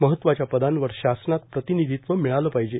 महत्वाच्या पदांवरू शासनात प्रतिनिधित्व मिळालं पाहिजे